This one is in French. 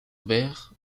albert